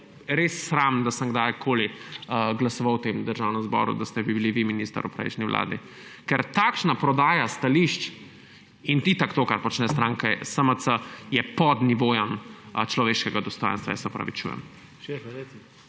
res sram, da sem kdajkoli glasoval v tem državnem zboru, da ste bili vi minister v prejšnji vladi. Ker takšna prodaja stališč in itak to, kar počne stranka SMC, je pod nivojem človeškega dostojanstva. Se opravičujem.